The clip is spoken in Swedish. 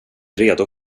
redo